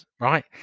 Right